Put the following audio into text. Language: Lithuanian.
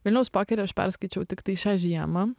vilniaus pokerį aš perskaičiau tiktai šią žiemą